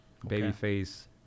Babyface